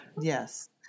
Yes